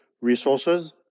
resources